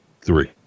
three